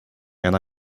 and